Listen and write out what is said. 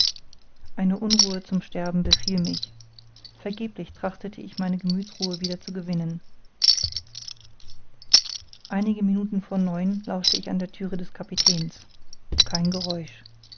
eine unruhe zum sterben befiel mich vergeblich trachtete ich meine gemüthsruhe wieder zu gewinnen einige minuten vor neun uhr lauschte ich an der thüre des kapitäns kein geräusch